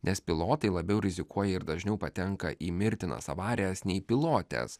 nes pilotai labiau rizikuoja ir dažniau patenka į mirtinas avarijas nei pilotės